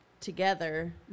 together